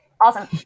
Awesome